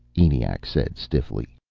eniac said stiffly.